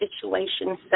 situations